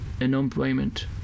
unemployment